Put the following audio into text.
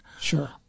Sure